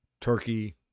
Turkey